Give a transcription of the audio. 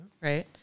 right